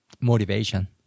motivation